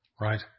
Right